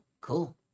Cool